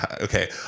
Okay